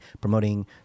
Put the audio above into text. promoting